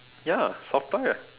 ya soft toy ah